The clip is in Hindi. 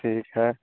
ठीक है